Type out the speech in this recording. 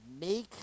Make